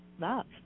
love